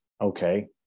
Okay